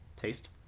Taste